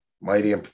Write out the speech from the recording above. mighty